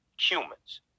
humans